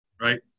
Right